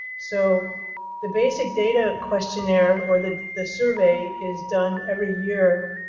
so the basic data questionnaire or the the survey is done every year